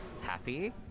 Happy